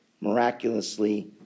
miraculously